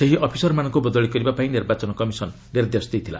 ସେହି ଅଫିସର ମାନଙ୍କୁ ବଦଳି କରିବା ପାଇଁ ନିର୍ବାଚନ କମିଶନ ନିର୍ଦ୍ଦେଶ ଦେଇଥିଲା